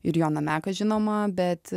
ir joną meką žinoma bet